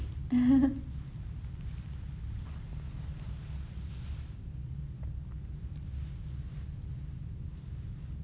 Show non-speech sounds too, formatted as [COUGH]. [LAUGHS]